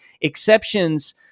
exceptions